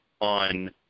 on